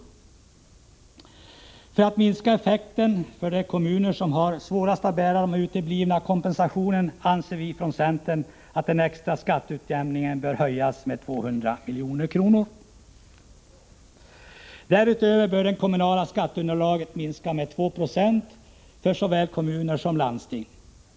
Vi från centern anser att man för att minska effekterna för de kommuner som har svårast att bära den uteblivna kompensationen bör höja den extra skatteutjämningen med 200 milj.kr. Därutöver bör det kommunala skatteunderlaget minskas med 2 20 för såväl kommuner som landsting.